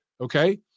Okay